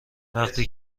وقتی